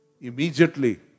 immediately